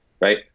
Right